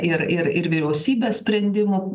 ir ir ir vyriausybės sprendimų